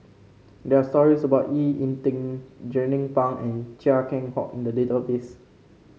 there are stories about E Ying Ding Jernnine Pang and Chia Keng Hock in the database